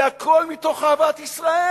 זה הכול מתוך אהבת ישראל,